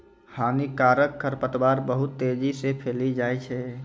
हानिकारक खरपतवार बहुत तेजी से फैली जाय छै